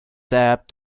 sap